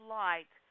light